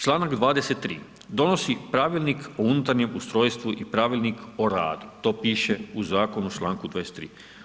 Članak 23. donosi Pravilnik o unutarnjem ustrojstvu i Pravilnik o radu to piše u Zakonu u članku 23.